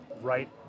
right